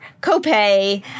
copay